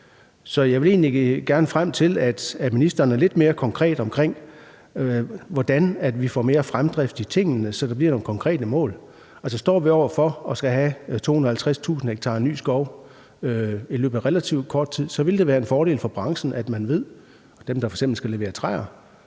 Så jeg vil egentlig gerne frem til, at ministeren er lidt mere konkret omkring, hvordan vi får mere fremdrift i tingene, så der bliver nogle konkrete mål. Står vi over for at skulle have 250.000 ha ny skov i løbet af relativt kort tid, vil det være en fordel for branchen, at f.eks. dem, der skal levere træer,